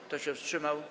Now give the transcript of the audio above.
Kto się wstrzymał?